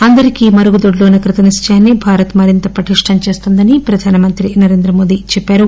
అందరికీ మరుగుదొడ్లు అన్న కృతనిశ్చయాన్ని భారత్ మరింత పటిష్టం చేస్తోందని ప్రధానమంత్రి నరేంద్రమోదీ చెప్పారు